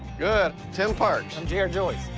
good. tim parks. i'm jarrett joyce.